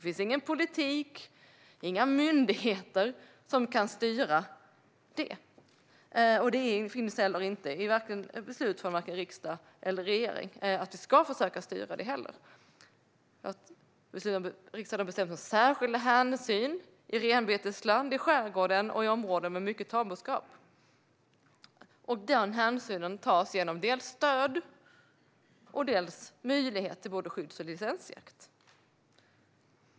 Ingen politik och inga myndigheter kan styra det - och det står inte heller i något beslut från vare sig riksdag eller regering att vi ska försöka styra det. Riksdagen har beslutat om särskilda hänsyn i renbetesland, i skärgården och i områden med mycket tamboskap. Denna hänsyn tas genom dels stöd, dels möjlighet till både skyddsjakt och licensjakt.